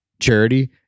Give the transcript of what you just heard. Charity